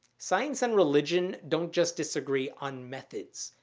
science and religion don't just disagree on methods.